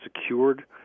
secured